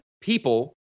people